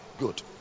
Good